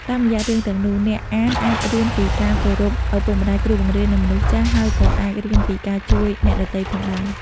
តាមរយៈរឿងទាំងនោះ អ្នកអានអាចរៀនពីការគោរពឪពុកម្តាយ គ្រូបង្រៀន និងមនុស្សចាស់ ហើយក៏អាចរៀនពីការជួយអ្នកដទៃផងដែរ។